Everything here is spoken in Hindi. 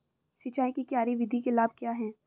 सिंचाई की क्यारी विधि के लाभ क्या हैं?